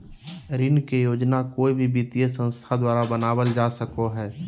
ऋण के योजना कोय भी वित्तीय संस्था द्वारा बनावल जा सको हय